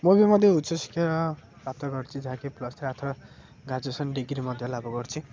ମୁଁ ବି ମଧ୍ୟ ଉଚ୍ଚ ଶିକ୍ଷା ପ୍ରାପ୍ତ କରିଛି ଯାହାକି plus three arts graduation degree ମଧ୍ୟ ଲାଭ କରିଛି